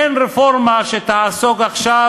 אין רפורמה שתעסוק עכשיו,